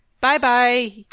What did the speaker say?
Bye-bye